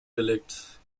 gelegt